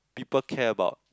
people care about